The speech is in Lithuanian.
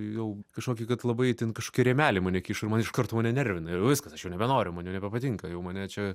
jau kažkokį kad labai itin kažkokį rėmelį mane kiša iškart mane nervina ir jau viskas aš jau nebenoriu man jau nebepatinka jau mane čia